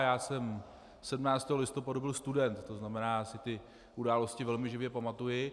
Já jsem 17. listopadu byl student, to znamená, já si ty události velmi živě pamatuji.